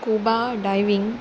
scuba diving